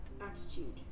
attitude